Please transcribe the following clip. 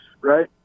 right